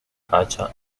culture